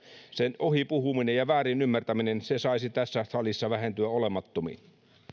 ohipuhuminen ja väärinymmärtäminen saisi tässä salissa vähentyä olemattomiin